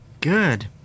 Good